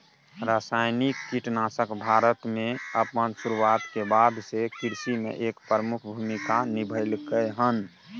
रासायनिक कीटनाशक भारत में अपन शुरुआत के बाद से कृषि में एक प्रमुख भूमिका निभलकय हन